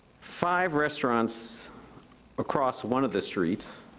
five restaurants across one of the streets,